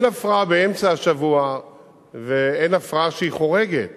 אין הפרעה באמצע השבוע ואין הפרעה שחורגת